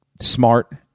smart